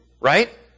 right